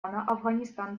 афганистан